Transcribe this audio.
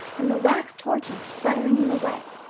and the wax torches sputtering in the wet,